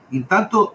intanto